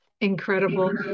Incredible